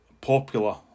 popular